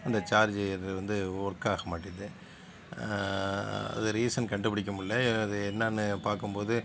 அந்த சார்ஜரு இது வந்து ஒர்க்காக மாட்டிது அது ரீஸன் கண்டுபிடிக்க முடியல அது என்னென்னு பார்க்கும்போது